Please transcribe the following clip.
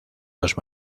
los